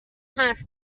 حرف